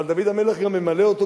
אבל דוד המלך גם ממלא אותו,